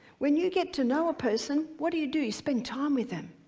when you get to know a person what do you do? you spend time with them.